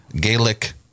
Gaelic